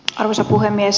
arvoisa puhemies